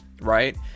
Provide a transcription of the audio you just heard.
right